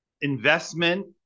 investment